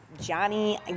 Johnny